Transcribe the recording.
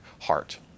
heart